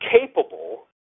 capable